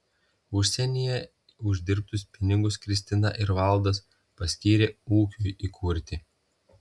užsienyje uždirbtus pinigus kristina ir valdas paskyrė ūkiui įkurti